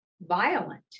violent